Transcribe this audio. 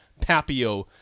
Papio